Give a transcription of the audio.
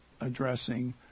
addressing